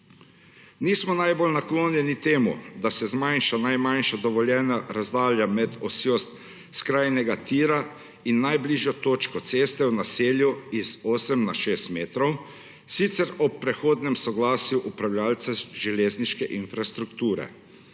Nismo najbolj naklonjeni temu, da se zmanjša najmanjša dovoljena razdalja med osjo skrajnega tira in najbližjo točko ceste v naselju z osmih na šest metrov, sicer ob predhodnem soglasju upravljavca železniške infrastrukture.